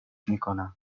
میکنم